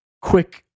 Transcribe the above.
Quick